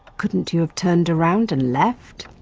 couldn't you have turned around and left?